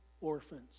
orphans